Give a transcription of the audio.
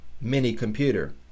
mini-computer